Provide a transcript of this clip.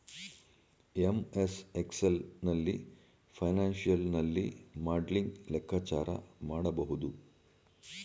MS Excel ನಲ್ಲಿ financial ನಲ್ಲಿ modelling ಲೆಕ್ಕಾಚಾರ ಮಾಡಬಹುದು